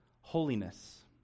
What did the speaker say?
Holiness